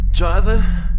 Jonathan